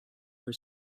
were